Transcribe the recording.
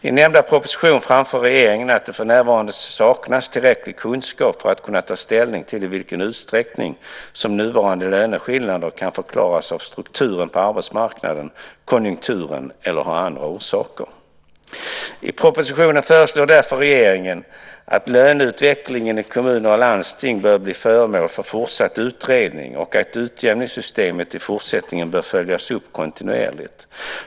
I nämnda proposition framför regeringen att det för närvarande saknas tillräcklig kunskap för att kunna ta ställning till i vilken utsträckning som nuvarande löneskillnader kan förklaras av strukturen på arbetsmarknaden, konjunkturen eller har andra orsaker. I propositionen föreslår därför regeringen att löneutvecklingen i kommuner och landsting bör bli föremål för fortsatt utredning och att utjämningssystemet i fortsättningen bör följas upp kontinuerligt.